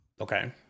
Okay